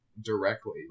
directly